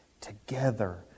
together